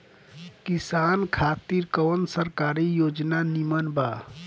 किसान खातिर कवन सरकारी योजना नीमन बा?